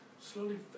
slowly